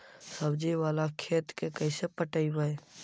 सब्जी बाला खेत के कैसे पटइबै?